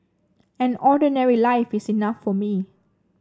an ordinary life is enough for me